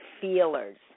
feelers